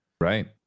right